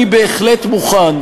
אני בהחלט מוכן,